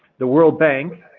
the world bank,